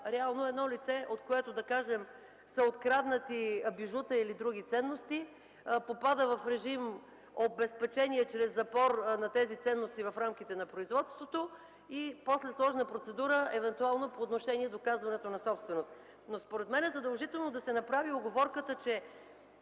Реално едно лице, от което, да кажем, са откраднати бижута или други ценности, попада в режим „обезпечение чрез запор на тези ценности в рамките на производството” и после – сложна процедура евентуално по отношение доказването на собственост, но според мен е задължително да се направи уговорката, че